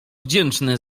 wdzięczny